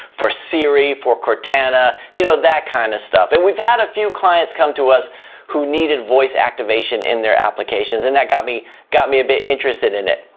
for siri, for cortana, you know, that kind of stuff. and we've had a few clients come to us who needed voice activation in their applications and that got me got me a bit interested in it.